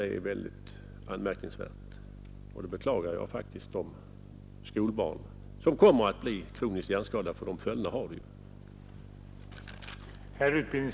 Det vore högst anmärkningsvärt, och jag beklagar att skolbarn härigenom får kroniska hjärnskador — och de följderna har vi ju att räkna med.